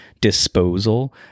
disposal